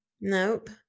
Nope